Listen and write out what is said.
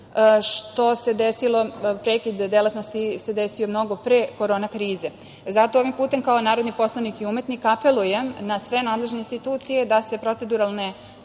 dve godine. prekid delatnosti se desio mnogo pre korona krize. Zato ovim putem kao narodni poslanik i umetnik apelujem na sve nadležne institucije da se proceduralne